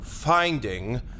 Finding